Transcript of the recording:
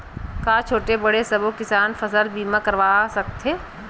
का छोटे बड़े सबो किसान फसल बीमा करवा सकथे?